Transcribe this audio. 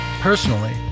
Personally